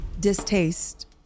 distaste